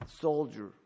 soldier